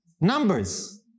Numbers